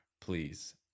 please